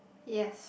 yes